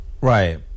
Right